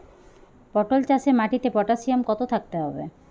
পটল চাষে মাটিতে পটাশিয়াম কত থাকতে হবে?